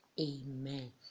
Amen